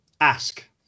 Ask